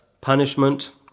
punishment